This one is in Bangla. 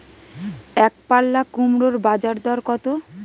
একপাল্লা কুমড়োর বাজার দর কত?